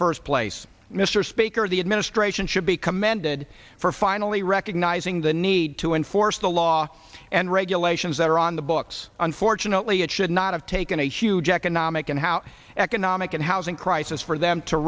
first place mr speaker the administration should be commended for finally recognizing the need to enforce the law and regulations that are on the books unfortunately it should not have taken a huge economic and house economic and housing crisis for them to